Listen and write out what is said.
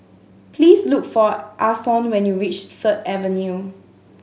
please look for Ason when you reach Third Avenue